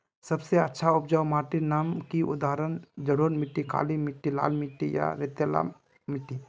सबसे अच्छा उपजाऊ माटिर नाम की उदाहरण जलोढ़ मिट्टी, काली मिटटी, लाल मिटटी या रेतीला मिट्टी?